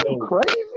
crazy